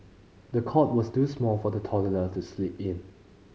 the cot was too small for the toddler to sleep in